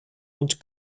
und